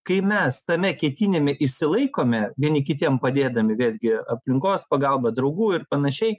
kai mes tame ketinime išsilaikome vieni kitiem padėdami vėlgi aplinkos pagalba draugų ir panašiai